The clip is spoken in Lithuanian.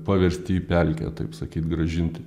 paversti į pelkę taip sakyt grąžinti